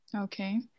okay